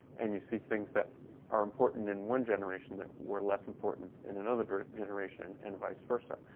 and you see things that are important in one generation that were less important in another generation and vice versa.